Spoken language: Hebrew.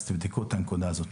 תבדקו את הנקודה הזאת.